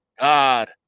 God